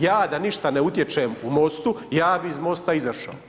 Ja da ništa ne utječem u MOST-u ja bih iz MOST-a izašao.